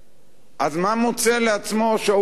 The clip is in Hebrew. אז מה מוצא לעצמו שאול מופז,